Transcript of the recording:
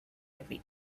every